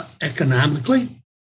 economically